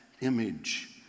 image